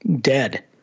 Dead